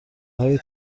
های